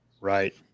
Right